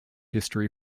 history